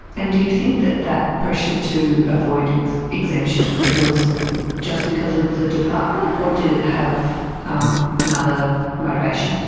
and do you think that that pressure to avoid exemptions was just because of the department or did it have um another motivation?